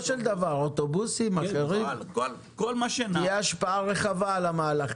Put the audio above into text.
של דבר אוטובוסים ואחרים תהיה השפעה רחבה על המהלך.